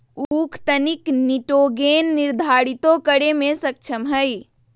उख तनिक निटोगेन निर्धारितो करे में सक्षम हई